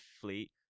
Fleet